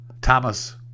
Thomas